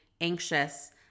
anxious